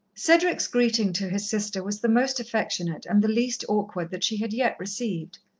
cedric's greeting to his sister was the most affectionate and the least awkward that she had yet received.